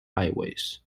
highways